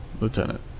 Lieutenant